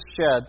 shed